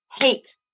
hate